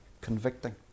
convicting